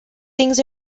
things